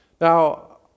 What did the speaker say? Now